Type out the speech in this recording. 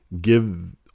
give